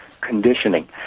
conditioning